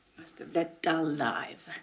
must've led dull lives.